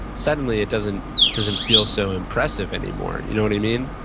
suddenly, it doesn't doesn't feel so impressive anymore. you know what i mean?